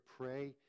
pray